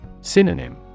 Synonym